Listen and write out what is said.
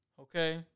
okay